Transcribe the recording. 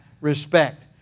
respect